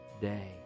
day